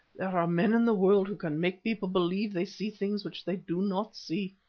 there are men in the world who can make people believe they see things which they do not see.